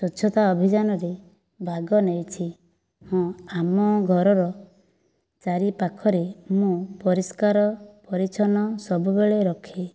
ସ୍ୱଚ୍ଛତା ଅଭିଯାନରେ ଭାଗ ନେଇଛି ହଁ ଆମ ଘରର ଚାରିପାଖରେ ମୁଁ ପରିସ୍କାର ପରିଚ୍ଛନ୍ନ ସବୁବେଳେ ରଖେ